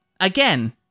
again